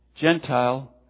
Gentile